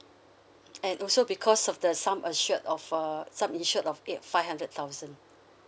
and also because of the sum assured of uh sum insured of eight five hundred thousand